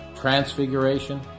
transfiguration